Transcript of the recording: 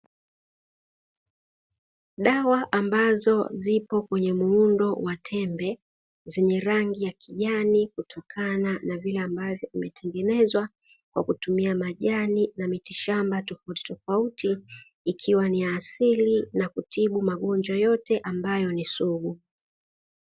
Dawa ambazo zipo kwenye muundo wa tende zenye rangi ya kijani kutokana na vile ambavyo vimetengenezwa kwa kutumia majani na miti shamba tofautitofauti, ikiwa ni ya asili na kutibu magonjwa yote ambayo ni sugu.